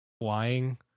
flying